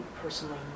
personally